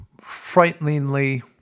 frighteningly